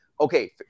okay